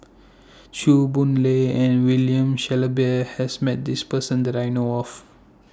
Chew Boon Lay and William Shellabear has Met This Person that I know of